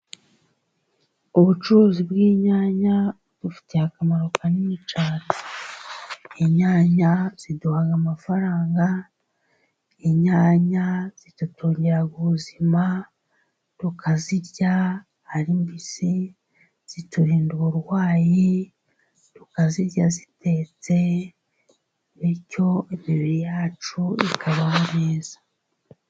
Ubucuruzi bw'inyanya budufitiye akamaro kanini cyane. Inyanya ziduha amafaranga, inyanya zikadutungira ubuzima tukazirya ari mbisi, ziturinda uburwayi tukazirya zitetse bityo imibiri yacu ikabaho neza.